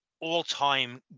all-time